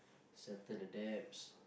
settle the debts